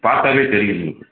பார்த்தாலே தெரியும் உங்களுக்கு